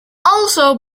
also